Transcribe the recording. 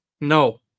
No